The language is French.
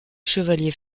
chevalier